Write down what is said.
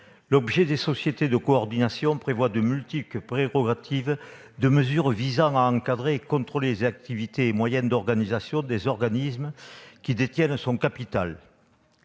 L'objet des sociétés de coordination prévoit de multiples prérogatives et mesures visant à encadrer et contrôler les activités et moyens d'organisation des organismes qui détiennent son capital.